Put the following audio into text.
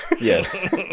yes